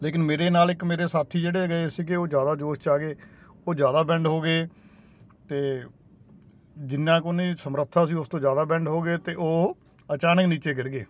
ਲੇਕਿਨ ਮੇਰੇ ਨਾਲ ਇੱਕ ਮੇਰੇ ਸਾਥੀ ਜਿਹੜੇ ਹੈਗੇ ਸੀਗੇ ਉਹ ਜਿਆਦਾ ਜੋਸ਼ ਚ ਆ ਗਏ ਉਹ ਜਿਆਦਾ ਬੈਂਡ ਹੋ ਗਏ ਤੇ ਜਿੰਨਾ ਕੁ ਉਹਦੀ ਸਮਰੱਥਾ ਸੀ ਉਸ ਤੋਂ ਜਿਆਦਾ ਬੈਂਡ ਹੋ ਗਏ ਤੇ ਉਹ ਅਚਾਨਕ ਨੀਚੇ ਗਿਰ ਗਏ